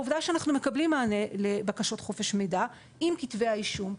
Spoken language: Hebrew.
עובדה שאנחנו מקבלים מענה לבקשות חופש מידע עם כתבי האישום.